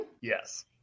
Yes